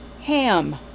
ham